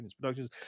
Productions